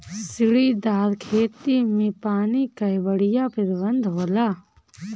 सीढ़ीदार खेती में पानी कअ बढ़िया प्रबंध होला